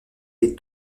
les